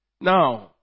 Now